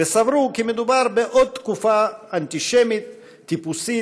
וסברו כי מדובר בעוד תקופה אנטישמית טיפוסית,